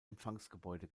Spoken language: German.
empfangsgebäude